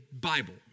Bible